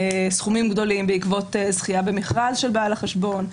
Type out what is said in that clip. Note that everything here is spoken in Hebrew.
סכומים גדולים בעקבות זכייה במכרז של בעל החשבון,